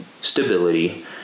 stability